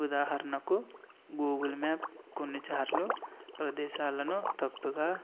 ఉదాహరణకు Google maps కొన్నిసార్లు ప్రదేశాలను తప్పుగా